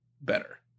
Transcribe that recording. better